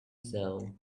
show